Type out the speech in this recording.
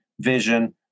vision